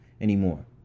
anymore